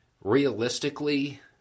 Realistically